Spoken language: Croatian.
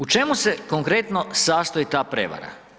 U čemu se konkretno sastoji ta prevara?